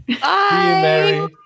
Bye